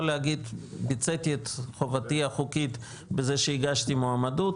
להגיד שביצעתי את חובתי החוקית בזה שהגשתי מועמדות,